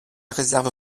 réserve